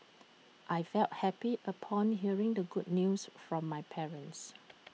I felt happy upon hearing the good news from my parents